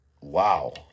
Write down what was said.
wow